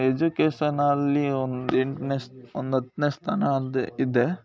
ಎಜುಕೇಷನಲ್ಲಿ ಒಂದು ಎಂಟನೇ ಸ್ ಒಂದು ಹತ್ತನೇ ಸ್ಥಾನ ಅದು ಇದೆ